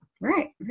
right